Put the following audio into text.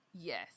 Yes